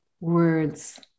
words